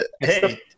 Hey